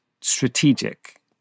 strategic